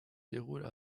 déroule